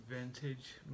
vintage